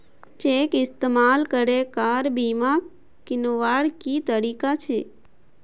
Cheque इस्तेमाल करे car बीमा कीन्वार की तरीका छे?